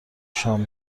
شام